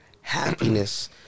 happiness